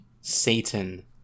Satan